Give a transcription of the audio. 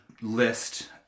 list